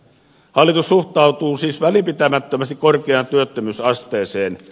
hallitus suhtautuu siis välinpitämättömästi korkeaan työttömyysasteeseen